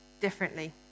differently